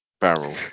barrel